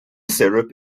syrup